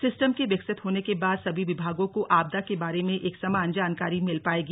system के विकसित होने के बाद सभी विभागों को आपदा के बारे में एक समान जानकारी मिल पायेगी